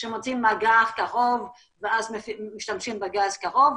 שמוצאים מאגר קרוב ואז משתמשים בגז קרוב,